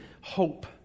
hope